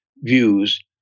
views